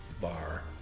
bar